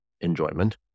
enjoyment